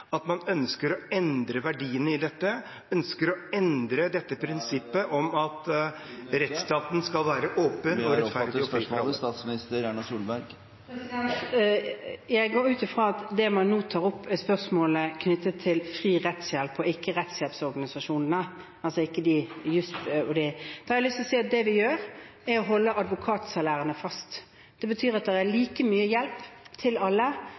at man ønsker å endre verdiene i dette, ønsker å endre prinsippet om at rettsstaten skal være åpen og rettferdig … Jeg går ut fra at det man nå tar opp, er spørsmålet knyttet til fri rettshjelp og ikke til rettshjelpsorganisasjonene. Det vi gjør, er å holde advokatsalærene fast. Det betyr at det er like mye hjelp til alle, men vi justerer ikke opp advokatsalærene. Advokatsalærene kommer til å være 1 020 kr i timen for fri rettshjelp. Det er